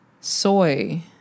soy